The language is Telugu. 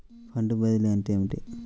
ఫండ్ బదిలీ అంటే ఏమిటి?